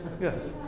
Yes